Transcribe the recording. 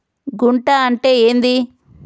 గుంట అంటే ఏంది?